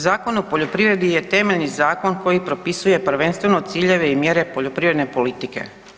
Zakon o poljoprivredi je temeljni zakon koji propisuje prvenstveno ciljeve i mjere poljoprivredne politike.